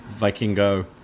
Vikingo